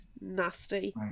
nasty